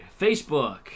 facebook